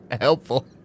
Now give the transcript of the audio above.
Helpful